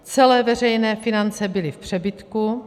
Celé veřejné finance byly v přebytku.